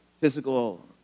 physical